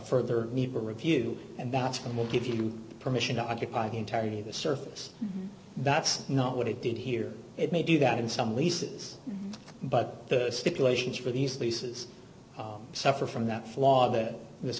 further need for review and that's when we'll give you permission to occupy the entirety of the surface that's not what it did here it may do that in some leases but the stipulations for these leases suffer from that flaw that this